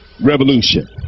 Revolution